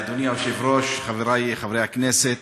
אדוני היושב-ראש, חברי חברי הכנסת,